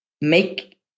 make